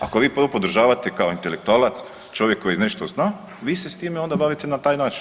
Ako vi …/nerazumljivo/… podržavate kao intelektualac, čovjek koji nešto zna, vi se s time onda bavite na taj način.